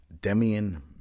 Demian